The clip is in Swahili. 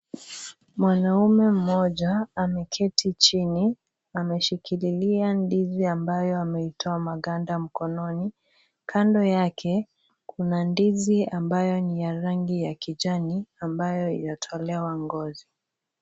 Mwanaume mmoja ameketi chini ameshikilia ndizi ambayo ametoa makanda mkononi ,Kando yake kuna ndizi ambayo ni ya rangi ya kijani ambayo imetolewa ngozi.